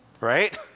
Right